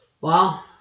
wow